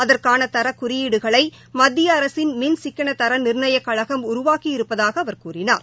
அதற்கான தரக்குறியீடுகளை மத்திய அரசின் மின் சிக்கன தர நிர்ணயக் கழகம் உருவாக்கி இருப்பதாக அவர் கூறினார்